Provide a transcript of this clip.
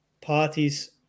parties